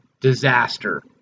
disaster